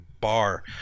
bar